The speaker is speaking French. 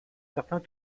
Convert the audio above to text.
certains